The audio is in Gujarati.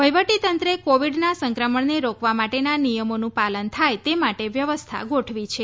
વહિવટીતંત્રે કોવિડના સંક્રમણને રોકવા માટેના નિયમોનું પાલન થાય તે માટે વ્યવસ્થા ગોઠવી છે